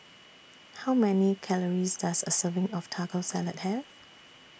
How Many Calories Does A Serving of Taco Salad Have